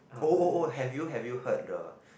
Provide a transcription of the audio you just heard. oh oh oh have you have you heard the